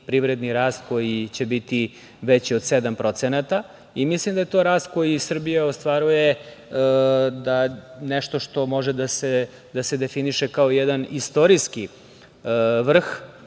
privredni rast koji će biti veći od 7%. Mislim da je taj rast koji Srbija ostvaruje nešto što može da se definiše kao jedan istorijski vrh,